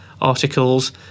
articles